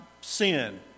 sin